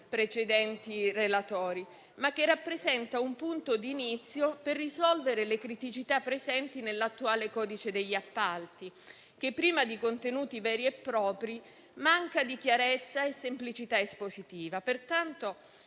dei relatori, ma che rappresenta un punto di inizio per risolvere le criticità presenti nell'attuale codice degli appalti, il quale, prima di contenuti veri e propri, manca di chiarezza e semplicità espositiva.